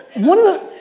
one of the,